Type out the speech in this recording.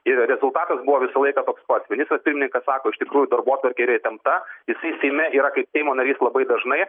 ir rezultatas buvo visą laiką toks pats ministras pirmininkas sako iš tikrųjų darbotvarkė yra įtempta jisai seime yra kaip seimo narys labai dažnai